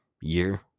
year